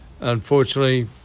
Unfortunately